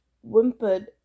whimpered